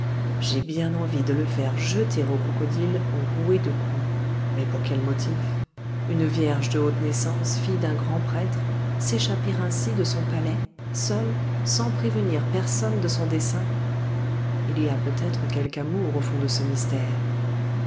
j'ai bien envie de le faire jeter aux crocodiles ou rouer de coups mais pour quel motif une vierge de haute naissance fille d'un grand prêtre s'échapper ainsi de son palais seule sans prévenir personne de son dessein il y a peut-être quelque amour au fond de ce mystère